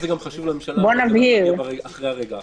--- שזה חשוב לממשלה אחרי הרגע האחרון.